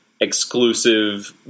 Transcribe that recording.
exclusive